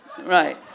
right